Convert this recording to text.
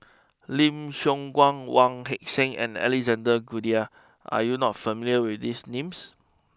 Lim Siong Guan Wong Heck sing and Alexander Guthrie are you not familiar with these names